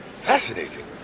Fascinating